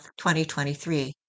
2023